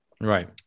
Right